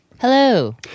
Hello